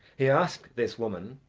he asked this woman,